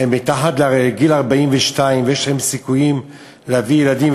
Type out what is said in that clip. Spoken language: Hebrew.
שהן מתחת לגיל 42 ויש להן סיכויים להביא ילדים,